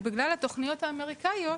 ובגלל התוכניות האמריקאיות,